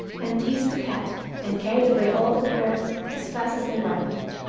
and teased the cat and carried away all the pears as fast as they ripened.